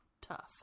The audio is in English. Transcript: tough